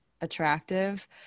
attractive